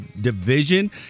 division